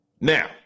now